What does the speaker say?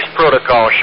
protocol